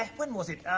when was it,